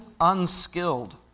unskilled